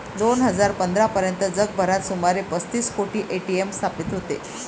दोन हजार पंधरा पर्यंत जगभरात सुमारे पस्तीस कोटी ए.टी.एम स्थापित होते